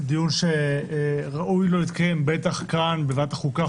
דיון שראוי לו להתקיים בוועדת החוקה,